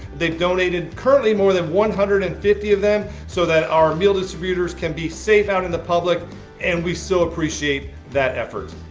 they donated currently more than one hundred and fifty of them so that our meal distributors can be safe out in the public and we so appreciate that effort.